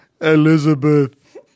Elizabeth